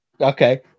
okay